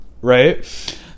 Right